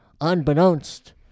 Unbeknownst